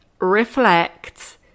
reflect